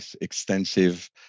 extensive